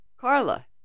Carla